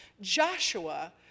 Joshua